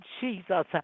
Jesus